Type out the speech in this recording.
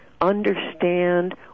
understand